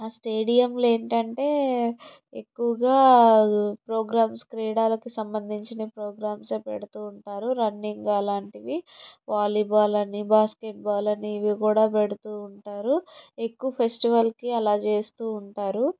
ఆ స్టేడియంలు ఏంటంటే ఎక్కువగా ప్రోగ్రామ్స్ క్రీడలకి సంబంధించిన ప్రోగ్రామ్స్యే పెడుతూ ఉంటారు రన్నింగ్ అలాంటివి వాలీబాల్ అని బాస్కెట్బాల్ అని ఇవి కూడా పెడుతూ ఉంటారు ఎక్కువ ఫెస్టివల్కి అలా చేస్తూ ఉంటారు